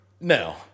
No